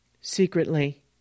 Secretly